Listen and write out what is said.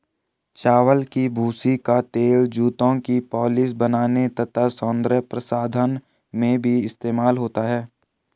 चावल की भूसी का तेल जूतों की पॉलिश बनाने तथा सौंदर्य प्रसाधन में भी इस्तेमाल होता है